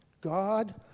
God